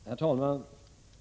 Herr talman!